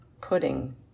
pudding